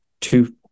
two